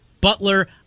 Butler